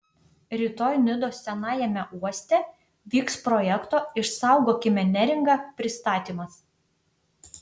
rytoj nidos senajame uoste vyks projekto išsaugokime neringą pristatymas